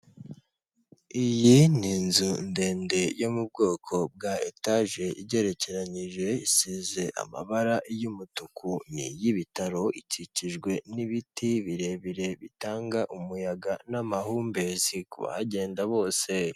Iyi ni inzu ndende yo mu bwoko bwa etage igerekeranyije isize amabara y'umutuku ni iy'ibitaro ikikijwe n'ibiti birebire bitanga umuyaga n'amahumbezi ku bahagenda bose.